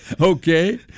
Okay